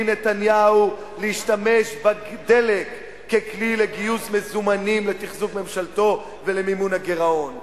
נתניהו להשתמש בדלק ככלי לגיוס מזומנים לתחזוק ממשלתו ולמימון הגירעון.